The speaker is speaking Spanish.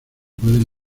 pueden